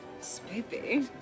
Spooky